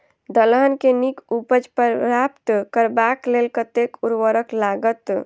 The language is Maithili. दलहन केँ नीक उपज प्राप्त करबाक लेल कतेक उर्वरक लागत?